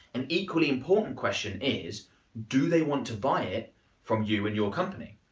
an equally important question is do they want to buy it from you and your company?